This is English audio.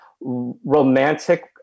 romantic